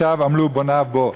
שוא עמלו בוניו בו".